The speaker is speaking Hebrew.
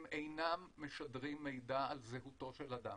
הם אינם משדרים מידע על זהותו של אדם.